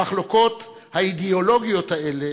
המחלוקות האידיאולוגיות האלה,